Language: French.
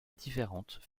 différentes